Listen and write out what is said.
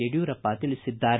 ಯಡಿಯೂರಪ್ಪ ತಿಳಿಸಿದ್ದಾರೆ